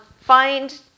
Find